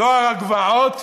נוער הגבעות,